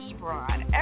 Ebron